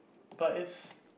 but it's